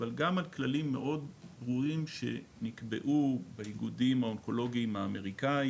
אבל גם על כללים מאוד ברורים שנקבעו באיגודים האונקולוגיים האמריקאי